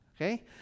okay